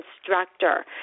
instructor